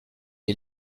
est